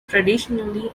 traditionally